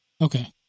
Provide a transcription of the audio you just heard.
Okay